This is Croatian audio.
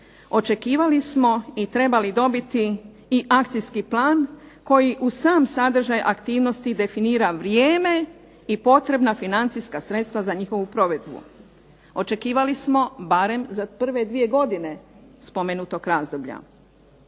Očekivali smo i trebali dobiti i akcijski plan koji uz sam sadržaj aktivnosti definira vrijeme i potrebna financijska sredstva za njihovu provedbu. Očekivali smo barem za prve 2 godine spomenutog razdoblja.